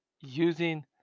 using